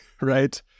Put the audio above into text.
right